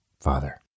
Father